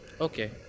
Okay